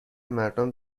مردم